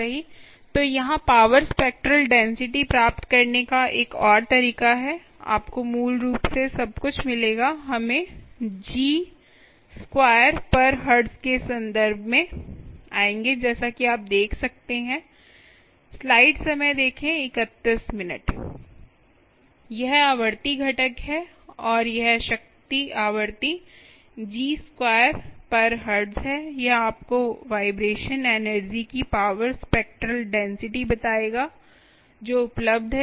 तो यहां power spectral density प्राप्त करने का एक और तरीका है आपको मूल रूप से सब कुछ मिलेगा हम जी 2 हर्ट्ज के संदर्भ में आएंगे जैसा कि आप देख सकते है यह आवृत्ति घटक है और यह शक्ति आवृत्ति G 2 हर्ट्ज है यह आपको वाइब्रेशन एनर्जी की पावर स्पेक्ट्रल डेंसिटी बताएगा जो उपलब्ध है